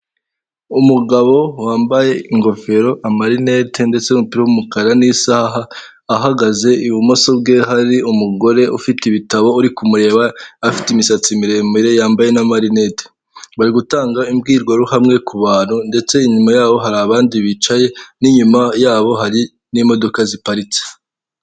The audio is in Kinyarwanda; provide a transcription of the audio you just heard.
Urubuga rw'ikoranabuhanga rwitwa Livingi ini Kigali rwifashishwa rufasha abantu batuye iki muri Kigali kuba bagura ibikoresho ibiribwa ndetse n'imyambaro muri Kigali.